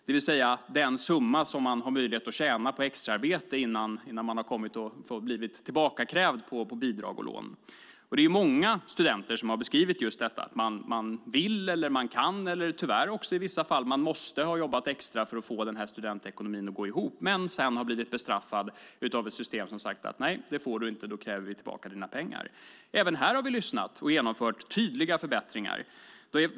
Det handlar om den summa som man får tjäna på extraarbete utan att bli tillbakakrävd på bidrag och lån. Det är många studenter som har beskrivit detta. Man vill, kan eller ibland måste, tyvärr, jobba extra för att få studentekonomin att gå ihop. Men sedan har man blivit bestraffad av systemet, och pengarna från studiestöd och studielån har krävts tillbaka. Även här har vi lyssnat och genomfört tydliga förbättringar.